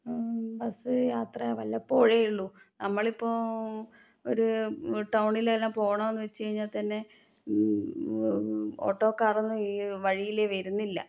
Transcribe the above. bus യാത്ര വല്ലപ്പോഴേ ഉള്ളൂ നമ്മളിപ്പോൾ ഒരു ടൌണിൽ തന്നെ പോവണം എന്ന് വെച്ച് കഴിഞ്ഞാൽ തന്നെ ഓട്ടോക്കാരൊന്നും ഈ വഴിയിൽ വരുന്നില്ല